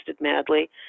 madly